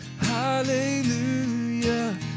Hallelujah